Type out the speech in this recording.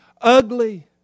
ugly